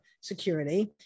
security